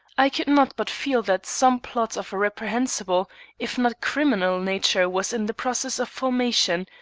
i could not but feel that some plot of a reprehensible if not criminal nature was in the process of formation,